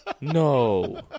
No